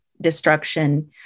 destruction